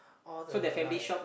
all the like